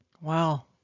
Wow